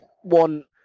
one